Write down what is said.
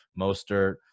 Mostert